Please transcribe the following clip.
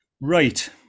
Right